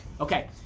Okay